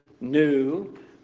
new